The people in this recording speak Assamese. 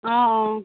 অঁ অঁ